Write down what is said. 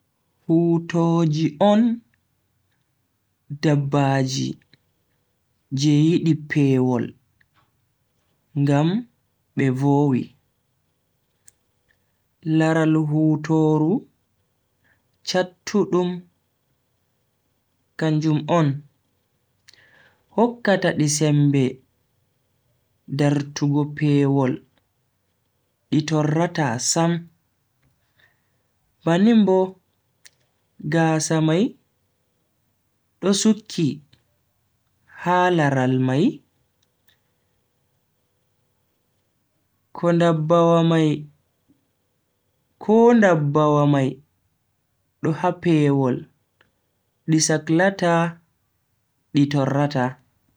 Hutooji on dabbaji je yidi pewol ngam be vowi. laral hutooru chattudum kanjum on hokkata di sembe dartugo pewol di torrata sam. Bannin bo gaasa mai do sukki ha laral mai, ko ndabbawa mai do ha pewol di saklata di torrata.